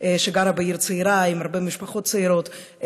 שגרה בעיר צעירה עם הרבה משפחות צעירות,